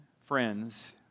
friends